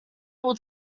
will